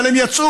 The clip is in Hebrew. אבל הם יצאו.